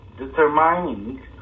determining